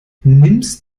nimmst